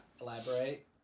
Elaborate